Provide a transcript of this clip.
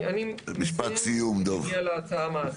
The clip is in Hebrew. אני מסיים ומגיע להצעה המעשית.